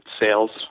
sales